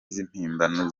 z’impimbano